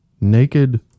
naked